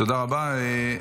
תודה רבה.